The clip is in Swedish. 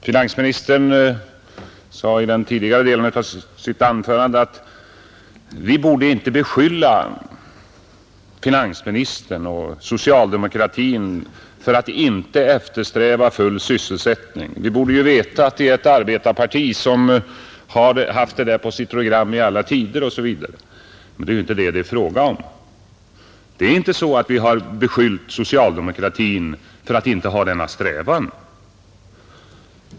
Herr talman! Finansministern sade i den tidigare delen av sitt anförande att vi inte borde beskylla finansministern och socialdemokratin för att inte eftersträva full sysselsättning; vi borde ju veta att det är ett arbetarparti som har haft detta på sitt program i alla tider osv. Men det är inte det det är fråga om. Vi har inte beskyllt socialdemokratin för att inte ha denna strävan.